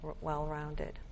well-rounded